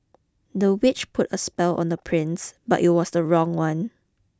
the witch put a spell on the prince but it was the wrong one